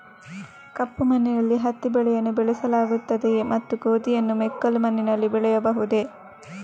ಕಪ್ಪು ಮಣ್ಣಿನಲ್ಲಿ ಹತ್ತಿ ಬೆಳೆಯನ್ನು ಬೆಳೆಸಲಾಗುತ್ತದೆಯೇ ಮತ್ತು ಗೋಧಿಯನ್ನು ಮೆಕ್ಕಲು ಮಣ್ಣಿನಲ್ಲಿ ಬೆಳೆಯಬಹುದೇ?